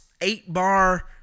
eight-bar